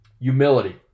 humility